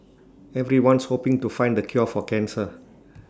everyone's hoping to find the cure for cancer